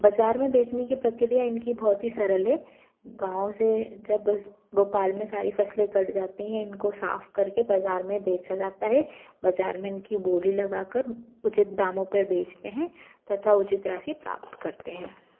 बजार में बेचने की प्रक्रिया इनकी बहुत ही सरल है गाँव से जब में इनकी सारी फसलें कट जाती हैं इनको साफ करके बजार में बेचा जाता है बजार में इनकी बोली लगाकर उचित दामों पर बेचते हैं तथा उचित राशि प्राप्त करते हैं